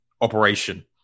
operation